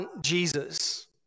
Jesus